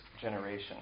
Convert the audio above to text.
generation